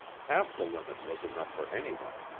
half the limit was enough for anyone.